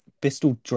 Bristol